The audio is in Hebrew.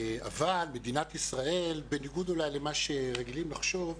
אבל מדינת ישראל בניגוד אולי למה שרגילים לחשוב,